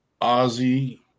Ozzy